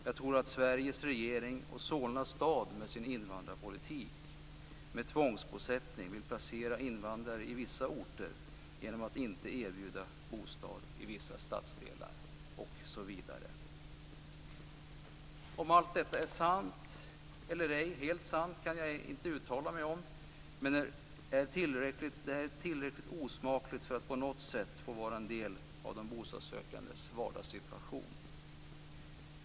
Jag tror att Sveriges regering och Solna stad med sin invandrarpolitik med tvångsbosättning vill placera invandrare i vissa orter genom att inte erbjuda bostad i vissa stadsdelar osv. Om allt detta är helt sant eller ej kan jag inte uttala mig om. Men det är tillräckligt osmakligt och bör inte på något sätt få vara en del av de bostadssökandes vardagssituation.